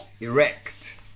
erect